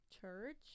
church